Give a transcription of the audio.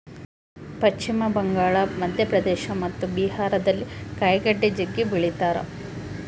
ಪಶ್ಚಿಮ ಬಂಗಾಳ, ಮಧ್ಯಪ್ರದೇಶ ಮತ್ತು ಬಿಹಾರದಲ್ಲಿ ಕಾಯಿಗಡ್ಡೆ ಜಗ್ಗಿ ಬೆಳಿತಾರ